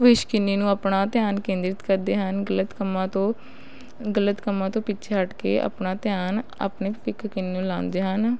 ਭਵਿੱਖ ਕੰਨੀ ਨੂੰ ਆਪਣਾ ਧਿਆਨ ਕੇਂਦਰਿਤ ਕਰਦੇ ਹਨ ਗਲਤ ਕੰਮਾਂ ਤੋਂ ਗਲਤ ਕੰਮਾਂ ਤੋਂ ਪਿੱਛੇ ਹੱਟ ਕੇ ਆਪਣਾ ਧਿਆਨ ਆਪਣੇ ਭਵਿੱਖ ਕੰਨੀ ਲਾਉਂਦੇ ਹਨ